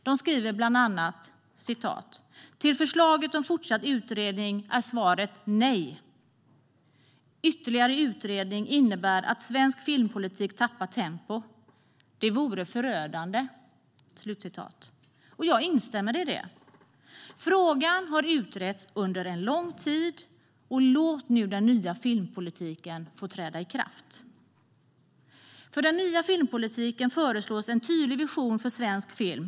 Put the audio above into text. De skriver bland annat: Till förslaget om fortsatt utredning är svaret nej. Ytterligare utredning innebär att svensk filmpolitik tappar tempo. Det vore förödande. Jag instämmer i detta. Frågan har utretts under en lång tid. Låt nu den nya filmpolitiken få träda i kraft! För den nya filmpolitiken föreslås en tydlig vision för svensk film.